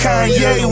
Kanye